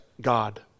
God